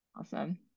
Awesome